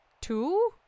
Two